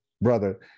brother